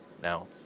now